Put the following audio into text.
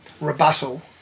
rebuttal